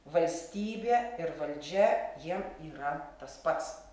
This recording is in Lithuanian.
valstybė ir valdžia jiem yra tas pats